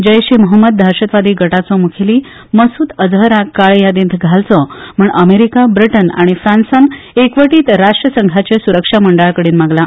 जैश ए महम्मह दहशतवादी गटाचो मुखेली मसुद अझहराक काळे यादींत घालचो म्हूण अमेरीका ब्रिटन आनी फ्रांसान एकवटीत राष्ट्रसंघाचे सुरक्षा मंडळाकडेन मागला